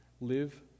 Live